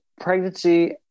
pregnancy